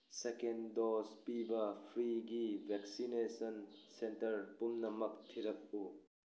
ꯁꯦꯀꯦꯟ dose ꯄꯤꯕ ꯐ꯭ꯔꯤꯒꯤ vaccination centre ꯄꯨꯝꯅꯃꯛ ꯊꯤꯔꯛꯎ